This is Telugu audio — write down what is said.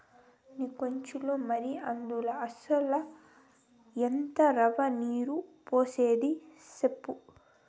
నీకొచ్చులే మరి, అందుల అసల ఎంత రవ్వ, నీరు పోసేది సెప్పు